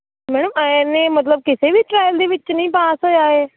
ma'am ਐਵੇਂ ਮਤਲਬ ਕਿਸੇ ਵੀ ਟਰਾਇਲ ਦੇ ਵਿੱਚ ਨਹੀਂ ਪਾਸ ਹੋਇਆ ਇਹ